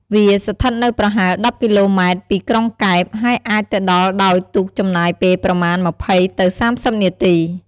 វាស្ថិតនៅប្រហែល ១០ គីឡូម៉ែត្រពីក្រុងកែប ហើយអាចទៅដល់ដោយទូកចំណាយពេលប្រមាណ ២០ ទៅ ៣០ នាទី។